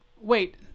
wait